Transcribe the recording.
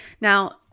Now